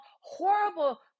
horrible